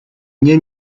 nie